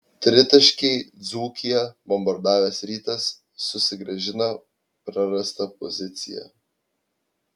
tritaškiai dzūkiją bombardavęs rytas susigrąžino prarastą poziciją